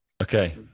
okay